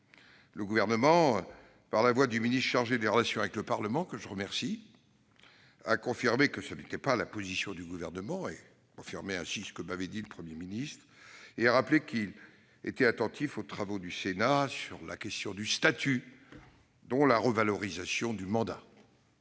Le Gouvernement, par la voix du ministre chargé des relations avec le Parlement, que je remercie, a confirmé qu'il ne s'agissait pas de sa position, confirmant du même coup ce que m'avait dit le Premier ministre, et a rappelé qu'il était attentif aux travaux du Sénat sur la question du statut, dont la revalorisation du mandat.